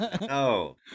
No